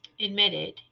admitted